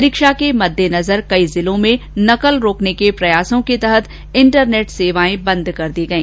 परीक्षा के मद्देनजर कई जिलों में नकल रोकने के प्रयासों के तहत इंटरनेट सेवाए बंद कर दी गई